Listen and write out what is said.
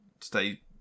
stay